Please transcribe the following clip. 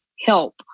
help